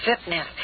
fitness